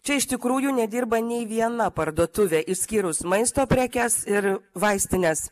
čia iš tikrųjų nedirba nei viena parduotuvė išskyrus maisto prekes ir vaistines